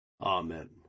Amen